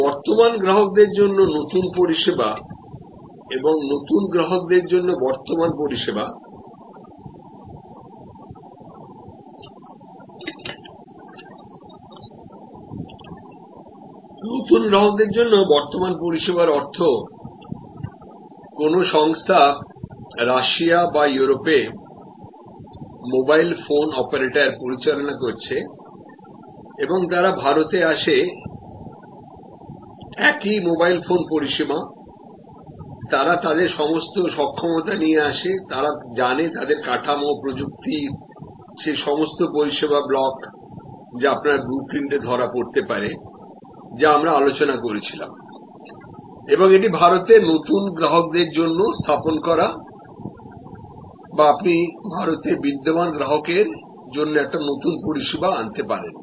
সুতরাং বর্তমান গ্রাহকের জন্য নতুন পরিষেবা এবং নতুন গ্রাহকের কাছে বর্তমান পরিষেবা নতুন গ্রাহকের কাছে বর্তমান পরিষেবা অর্থ কোনও সংস্থা রাশিয়া বা ইউরোপে মোবাইল ফোন অপারেটর পরিচালনা করছে এবং তারা ভারতে আসে এটি একই মোবাইল ফোন পরিষেবা তারা তাদের সমস্ত সক্ষমতা নিয়ে আসে তারা জানে তাদের কাঠামো প্রযুক্তি সেই সমস্ত পরিষেবা ব্লক যা আপনার ব্লু প্রিন্টে ধরা পড়তে পারে যা আমরা আলোচনা করছিলাম এবং এটি ভারতে নতুন গ্রাহকদের জন্য স্থাপন করা বা আপনি ভারতে বিদ্যমান গ্রাহকের জন্য একটি নতুন পরিষেবা আনতে পারেন